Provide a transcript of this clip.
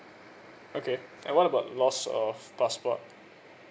okay and what about lost of passport